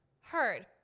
Heard